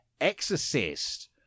Exorcist